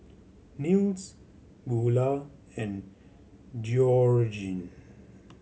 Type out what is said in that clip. Nils Beula and Georgene